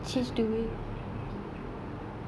you know like the greenh~ greenhouse effect ah